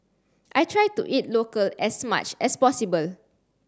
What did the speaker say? I try to eat local as much as possible